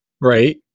right